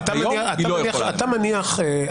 הייתם צריכים להכניס הנחיות,